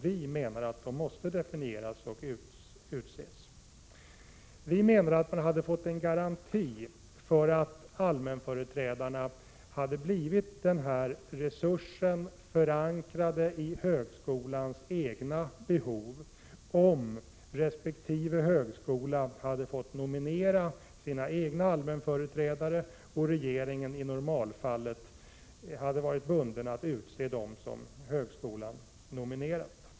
Vi menar att man då hade fått en garanti för att allmänföreträdarna hade blivit den resursen, förankrade i högskolans egna behov, om resp. högskola hade fått nominera sina egna allmänföreträdare och regeringen i normalfallet hade varit bunden att utse dem som högskolan nominerat.